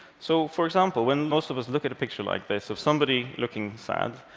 so, for example, when most of us look at a picture like this of somebody looking sad,